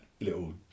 little